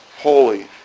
holy